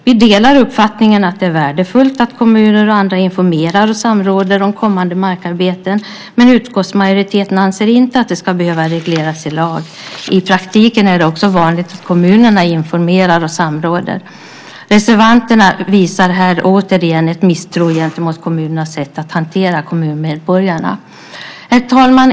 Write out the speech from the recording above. Vi delar uppfattningen att det är värdefullt att kommuner och andra informerar och samråder om kommande markarbeten. Men utskottsmajoriteten anser inte att det ska behöva regleras i lag. I praktiken är det också vanligt att kommunerna informerar och samråder. Reservanterna visar här återigen ett misstroende gentemot kommunernas sätt att hantera kommunmedborgarna.